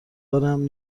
دارم